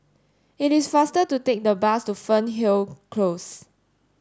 it is faster to take the bus to Fernhill Close